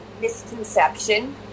misconception